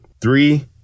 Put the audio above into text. three